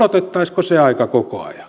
odotettaisiinko se aika koko ajan